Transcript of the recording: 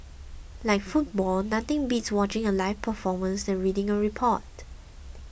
like football nothing beats watching a live performance than reading a report